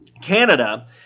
Canada